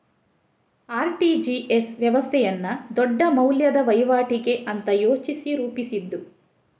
RTGS ವ್ಯವಸ್ಥೆಯನ್ನ ದೊಡ್ಡ ಮೌಲ್ಯದ ವೈವಾಟಿಗೆ ಅಂತ ಯೋಚಿಸಿ ರೂಪಿಸಿದ್ದು